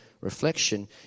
reflection